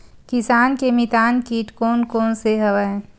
किसान के मितान कीट कोन कोन से हवय?